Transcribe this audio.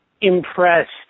impressed